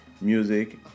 music